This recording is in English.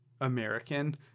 American